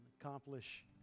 accomplish